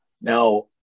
now